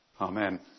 Amen